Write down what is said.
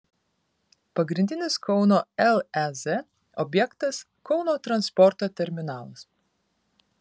pagrindinis kauno lez objektas kauno transporto terminalas